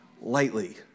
lightly